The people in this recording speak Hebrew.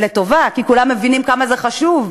ולטובה, כי כולם מבינים כמה זה חשוב.